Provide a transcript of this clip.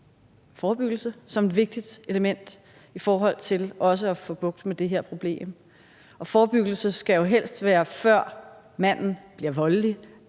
forebyggelse som et vigtigt element i at få bugt med det her problem. Forebyggelse skal jo helst ske, før manden bliver voldelig,